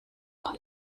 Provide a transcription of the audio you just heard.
von